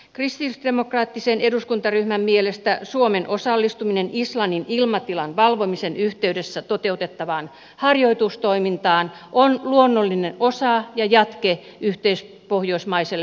kristillisdemokraattisen eduskuntaryhmän mielestä suomen osallistuminen islannin ilmatilan valvomisen yhteydessä toteutettavaan harjoitustoimintaan on luonnollinen osa ja jatke yhteispohjoismaiselle puolustusyhteistyölle